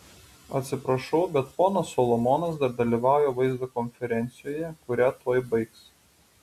atsiprašau bet ponas solomonas dar dalyvauja vaizdo konferencijoje kurią tuoj baigs